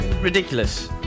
ridiculous